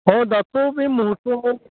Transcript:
औ दाथ' बे महुथ्थ'आव